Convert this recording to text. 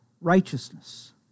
righteousness